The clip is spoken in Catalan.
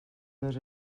dos